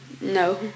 No